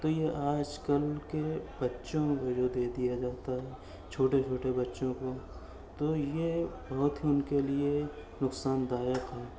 تو یہ آج کل کے بچوں کو جو دے دیا جاتا ہے چھوٹے چھوٹے بچوں کو تو یہ بہت ہی ان کے لیے نقصان دایک ہے